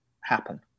happen